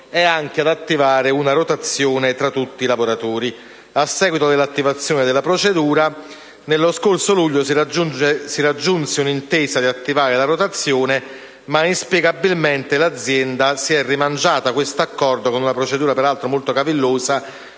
e anche ad attivare una rotazione tra tutti i lavoratori. A seguito dell'attivazione della procedura, lo scorso luglio si raggiunse l'intesa per attivare la rotazione ma, inspiegabilmente, l'azienda si è rimangiata questo accordo, peraltro con un procedura molto cavillosa,